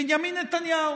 בנימין נתניהו.